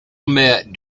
met